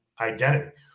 identity